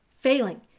failing